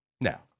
Now